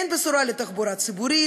אין בשורה בתחבורה הציבורית,